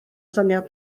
syniad